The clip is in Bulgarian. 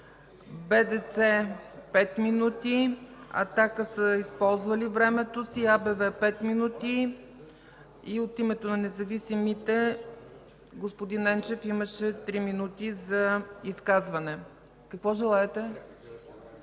БДЦ – 5 минути; „Атака” са използвали времето си, АБВ – 5 минути, и от името на независимите – господин Енчев имаше 3 минути за изказване. (Шум и